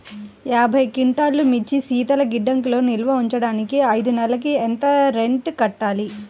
యాభై క్వింటాల్లు మిర్చి శీతల గిడ్డంగిలో నిల్వ ఉంచటానికి ఐదు నెలలకి ఎంత రెంట్ కట్టాలి?